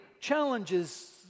challenges